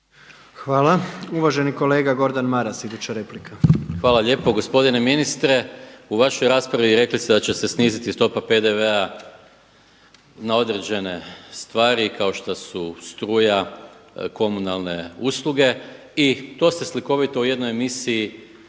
Hvala. Uvaženi kolega Gordan Maras iduća replika. **Maras, Gordan (SDP)** Hvala lijepo. Gospodine ministre, u vašoj raspravi rekli ste da će sniziti stopa PDV-a na određene stvari kao što su struja, komunalne usluge i to ste slikovito u jednoj emisiji